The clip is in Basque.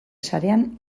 sarean